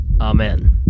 Amen